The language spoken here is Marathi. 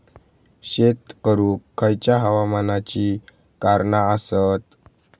शेत करुक खयच्या हवामानाची कारणा आसत?